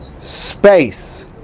space